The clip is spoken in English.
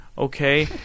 Okay